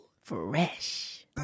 fresh